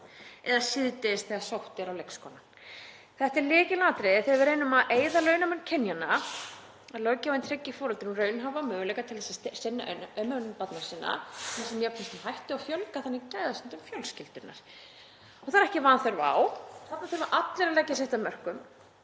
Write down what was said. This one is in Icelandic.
eða síðdegis þegar sótt er á leikskólann. Það er lykilatriði þegar við reynum að eyða launamun kynjanna að löggjafinn tryggi foreldrum raunhæfa möguleika til þess að sinna umönnun barna sinna með sem jöfnustum hætti og fjölga þannig gæðastundum fjölskyldunnar. Og það er ekki vanþörf á. Þarna þurfa allir að leggja sitt af mörkum,